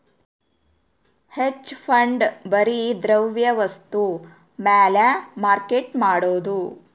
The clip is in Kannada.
ಹೆಜ್ ಫಂಡ್ ಬರಿ ದ್ರವ ವಸ್ತು ಮ್ಯಾಲ ಮಾರ್ಕೆಟ್ ಮಾಡೋದು